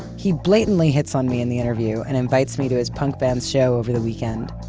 he blatantly hits on me in the interview and invites me to his punk band's show over the weekend.